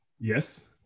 Yes